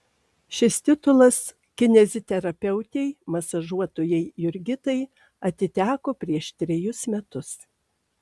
šis titulas kineziterapeutei masažuotojai jurgitai atiteko prieš trejus metus